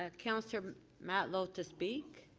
ah councillor matlow to speak.